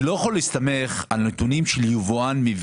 אני לא יכול להסתמך על נתונים שמביא לי יבואן.